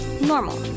Normal